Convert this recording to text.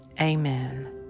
Amen